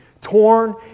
torn